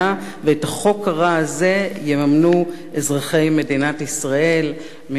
ואת החוק הרע הזה יממנו אזרחי מדינת ישראל ממה שהם